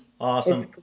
Awesome